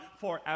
forever